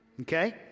Okay